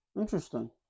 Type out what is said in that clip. interesting